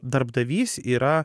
darbdavys yra